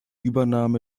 übernahme